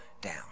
down